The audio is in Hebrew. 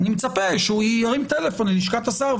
אני מצפה שהוא ירים טלפון ללשכת השר,